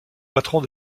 patrons